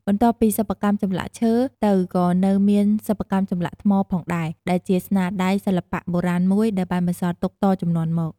បន្ទាប់ពីសិប្បកម្មចម្លាក់ឈើទៅក៏នៅមានសិប្បកម្មចម្លាក់ថ្មផងដែរដែលជាស្នាដៃ សិល្បៈបុរាណមួយដែលបានបន្សល់ទុកតជំនាន់មក។